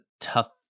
tough